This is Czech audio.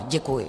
Děkuji.